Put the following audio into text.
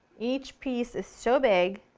each piece is so big